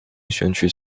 选举